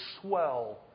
swell